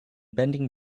bending